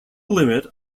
limit